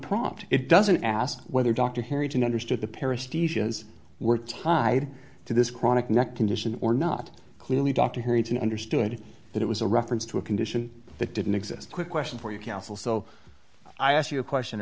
prompt it doesn't ask whether dr harrington understood the parish were tied to this chronic neck condition or not clearly dr harrington understood that it was a reference to a condition that didn't exist quick question for you counsel so i asked you a question